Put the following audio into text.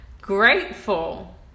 grateful